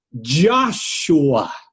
Joshua